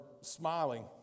smiling